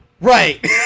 right